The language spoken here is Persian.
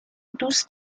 دوست